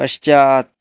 पश्चात्